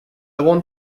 want